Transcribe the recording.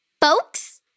Folks